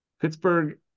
Pittsburgh